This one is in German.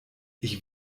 ich